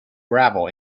gravel